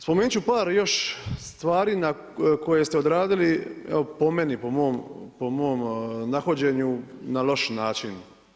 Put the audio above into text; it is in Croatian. Spomenut ću par još stvari koje ste odradili po meni, po mom nahođenju na loš način.